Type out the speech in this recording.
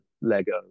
Lego